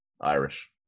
Irish